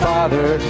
Father